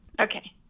Okay